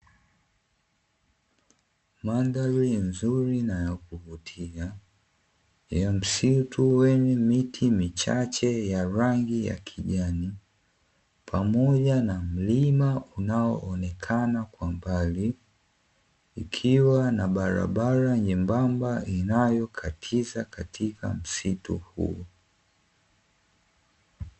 Madhali nzuri ya kuvutia Ya msitu wenye miche michache ya rangi ya kijani pamoja na mlima unao onekana kwa mbali. Ikiwa na bara bara inayo katisha katika msimu huu.